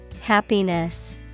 Happiness